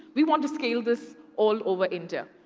we want to scale this all over india.